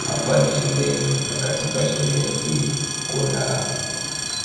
Hapa ni shuleni na katika shule hii kuna